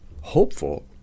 hopeful